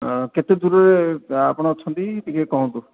କେତେ ଦୂରରେ ଆପଣ ଅଛନ୍ତି ଟିକିଏ କୁହନ୍ତୁ